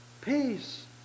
Peace